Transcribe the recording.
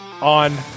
On